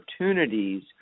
opportunities